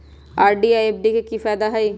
RD आ FD के कि फायदा हई?